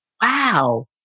wow